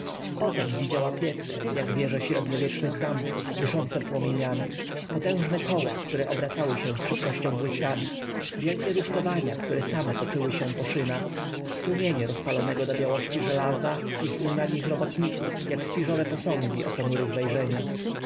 potem widziała piece jak wieże średniowiecznych zamków dyszące płomieniami potężne koła które obracały się z szybkością błyskawic wielkie rusztowania które same toczyły się po szynach strumienie rozpalonego do białości żelaza i półnagich robotników jak spiżowe posągi o ponurych wejrzeniach